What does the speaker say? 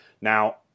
Now